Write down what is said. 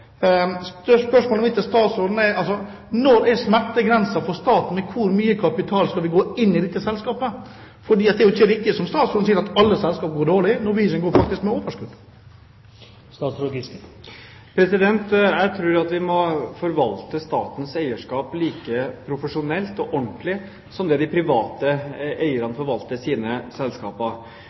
Spørsmålet mitt til statsråden er: Hvor går smertegrensen for staten for hvor mye kapital vi skal gå inn i dette selskapet med? Det er ikke riktig som statsråden sier, at alle selskaper går dårlig. Norwegian går faktisk med overskudd. Jeg tror at vi må forvalte statens eierskap like profesjonelt og ordentlig som de private eierne forvalter sine selskaper.